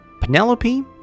Penelope